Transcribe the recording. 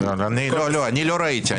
אני ישנתי טוב בלילה,